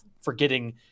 forgetting